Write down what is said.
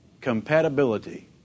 compatibility